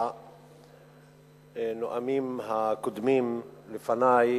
הנואמים הקודמים, לפני,